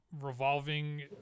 revolving